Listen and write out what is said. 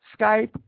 Skype